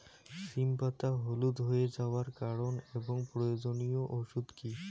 সিম পাতা হলুদ হয়ে যাওয়ার কারণ এবং প্রয়োজনীয় ওষুধ কি?